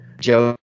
Joe